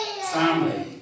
family